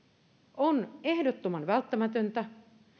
on ehdottoman välttämätöntä